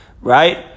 Right